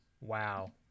Wow